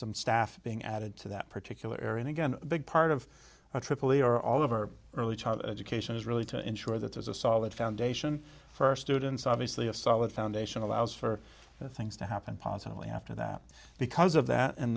some staff being added to that particular area again a big part of tripoli or all over early childhood education is really to ensure that there's a solid foundation for our students obviously a solid foundation allows for things to happen positively after that because of that and